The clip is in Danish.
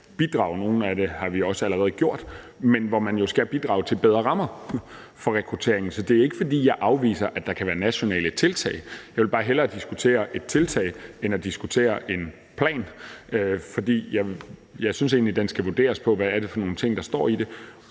Noget af det har vi også allerede gjort. Men man skal jo bidrage til bedre rammer for rekrutteringen. Så det er ikke, fordi jeg afviser, at der kan være nationale tiltag. Jeg vil bare hellere diskutere et tiltag end diskutere en plan, for jeg synes egentlig, den skal vurderes på, hvad det er for nogle ting, der står i den.